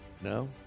No